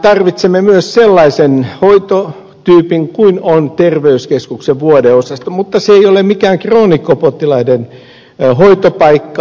tarvitsemme myös sellaisen hoitotyypin kuin on terveyskeskuksen vuodeosasto mutta se ei ole mikään kroonikkopotilaiden hoitopaikka